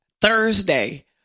Thursday